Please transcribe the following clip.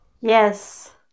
Yes